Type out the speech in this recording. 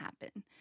happen